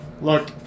look